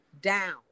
down